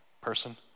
person